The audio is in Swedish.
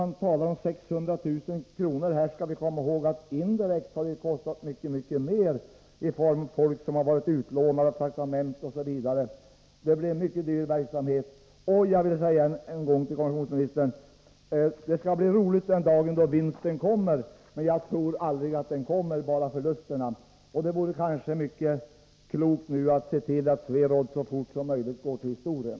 Här talas det om 600 000 kr., men vi skall komma ihåg att det hela indirekt har kostat mycket mer: folk som varit utlånade, traktamenten osv. Det blir således en mycket dyr verksamhet. Jag vill säga än en gång till kommunikationsministern: Det skall bli roligt om vinsten en dag kommer. Men jag tror aldrig att den gör det — bara förluster. Det vore kanske mycket klokt att se till att SweRoad så fort som möjligt går till historien.